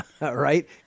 right